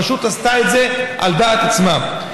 הרשות עשתה את זה על דעת עצמה.